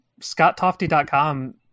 ScottTofty.com